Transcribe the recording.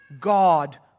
God